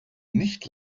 nicht